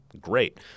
great